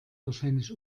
wahrscheinlich